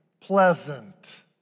Pleasant